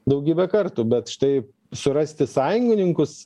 daugybe kartų bet štai surasti sąjungininkus